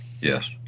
Yes